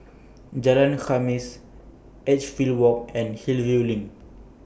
Jalan Khamis Edgefield Walk and Hillview LINK